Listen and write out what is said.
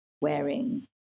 wearing